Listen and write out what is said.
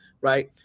right